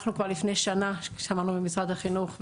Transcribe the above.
אנחנו כבר לפני שנה שמענו ממשרד החינוך,